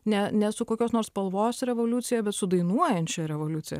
ne ne su kokios nors spalvos revoliucija bet su dainuojančia revoliucija